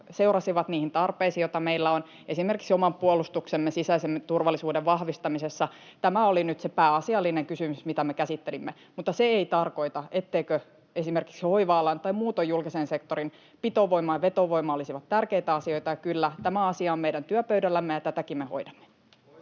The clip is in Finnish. seurasivat — niihin tarpeisiin, joita meillä on esimerkiksi oman puolustuksemme ja sisäisen turvallisuuden vahvistamisessa. Tämä oli nyt se pääasiallinen kysymys, mitä me käsittelimme, mutta se ei tarkoita, etteivät esimerkiksi hoiva-alan tai muun julkisen sektorin pitovoima ja vetovoima olisi tärkeitä asioita. Ja kyllä, tämä asia on meidän työpöydällämme, ja tätäkin me hoidamme.